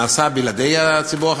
נעשה בלעדי הציבור החרדי,